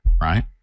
right